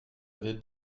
avez